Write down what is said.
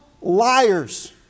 liars